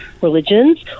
religions